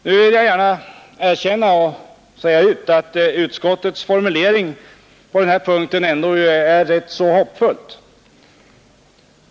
Nu vill jag emellertid gärna erkänna att utskottets formulering på denna punkt ändå inger vissa förhoppningar.